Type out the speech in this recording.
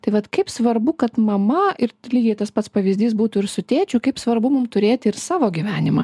tai vat kaip svarbu kad mama ir lygiai tas pats pavyzdys būtų ir su tėčiu kaip svarbu mum turėti ir savo gyvenimą